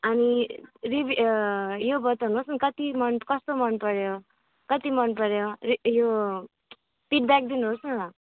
अनि रिभी यो बताउनुहोस् न कति मन कस्तो मनपऱ्यो कति मनपऱ्यो रे यो फिडब्याक दिनुहोस् न